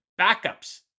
backups